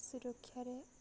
ସୁରକ୍ଷାରେ